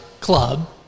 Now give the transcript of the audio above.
club